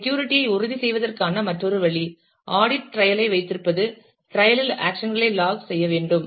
security ஐ உறுதி செய்வதற்கான மற்றொரு வழி ஆடிட் ட்ரையல் ஐ வைத்திருப்பது ட்ரையல் இல் ஆக்சன் களை லாக் செய்ய வேண்டும்